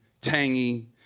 tangy